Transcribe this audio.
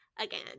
again